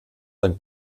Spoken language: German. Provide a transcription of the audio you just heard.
ein